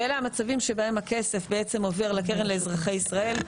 ואלו המצבים שבהם הכסף עובר לקרן לאזרחי ישראל.